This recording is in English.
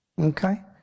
Okay